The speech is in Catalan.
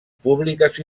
públiques